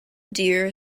deer